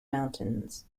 mountains